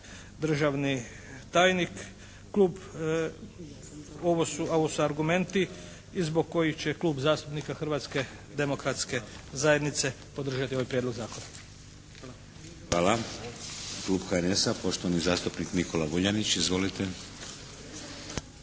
državni tajnik Klub, ovo su argumenti i zbog kojih će Klub zastupnika Hrvatske demokratske zajednice podržati ovaj Prijedlog zakona. Hvala. **Šeks, Vladimir (HDZ)** Hvala. Klub HNS-a poštovani zastupnik Nikola Vuljanić. Izvolite.